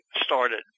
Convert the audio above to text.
started